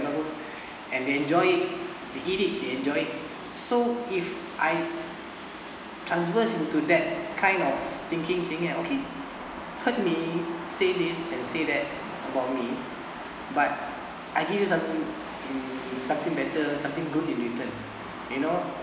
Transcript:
and they enjoy it they eat it they enjoy it so if I transfer into that kind of thinking thinking I okay hurt me say this and say that for me but I give you some in something better something good in return you know